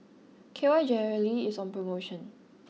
K Y Jelly is on promotion